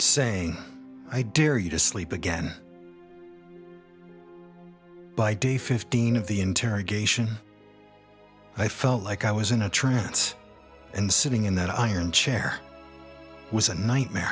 saying i dare you to sleep again by day fifteen of the interrogation i felt like i was in a trance and sitting in that iron chair was a nightmare